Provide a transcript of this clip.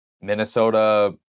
Minnesota